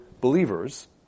believers